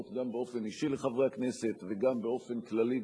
גם באופן אישי לחברי הכנסת וגם באופן כללי,